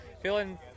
feeling